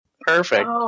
Perfect